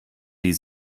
die